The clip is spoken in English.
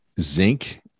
zinc